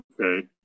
okay